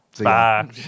Bye